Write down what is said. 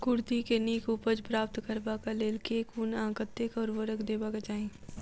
कुर्थी केँ नीक उपज प्राप्त करबाक लेल केँ कुन आ कतेक उर्वरक देबाक चाहि?